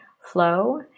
flow